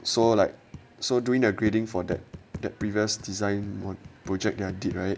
so like so during their grading for that that previous design project that I did right